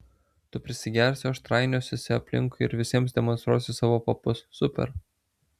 tu prisigersi o aš trainiosiuosi aplinkui ir visiems demonstruosiu savo papus super